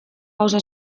gauza